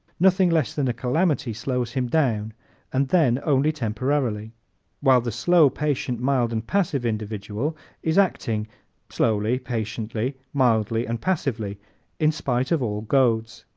nothing less than a calamity slows him down and then only temporarily while the slow, patient, mild and passive individual is acting slowly, patiently, mildly and passively in spite of all goads.